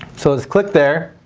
so let's click there,